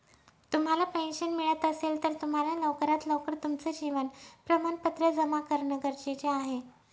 तुम्हाला पेन्शन मिळत असेल, तर तुम्हाला लवकरात लवकर तुमचं जीवन प्रमाणपत्र जमा करणं गरजेचे आहे